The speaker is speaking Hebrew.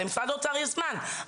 למשרד האוצר יש זמן,